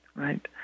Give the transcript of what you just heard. Right